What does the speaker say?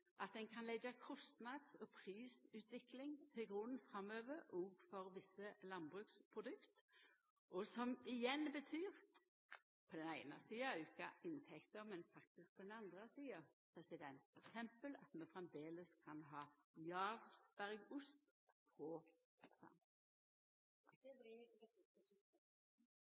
at ein kan leggja kostnads- og prisutvikling til grunn framover òg for visse landbruksprodukt. Det igjen betyr på den eine sida auka inntekter, men faktisk på den andre sida t.d. at vi framleis kan ha Jarlsberg-ost på pizzaen. Det blir